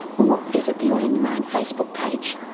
or visit the all in the mind facebook page.